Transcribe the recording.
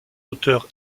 auteur